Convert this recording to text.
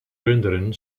runderen